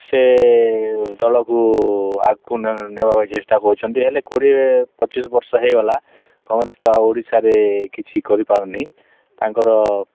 ସେ ଦଳକୁ ଆଗୁକୁ ନେବା ପାଇଁ ଚେଷ୍ଟା କରୁଛନ୍ତି ହେଲେ କୋଡ଼ିଏ ପଚିଶି ବର୍ଷ ହୋଇଗଲା କଂଗ୍ରେସ ତ ଆଉ ଓଡ଼ିଶାରେ କିଛି କରିପାରୁନି ତାଙ୍କର